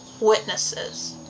witnesses